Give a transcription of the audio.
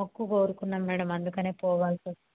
మొక్కు కోరుకున్నాను మ్యాడమ్ అందుకని పోవాల్సి వస్తుంది